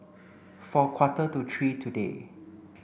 for a quarter to three today